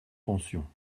pensions